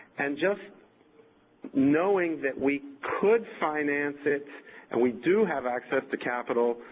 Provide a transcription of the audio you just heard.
and just knowing that we could finance it and we do have access to capital,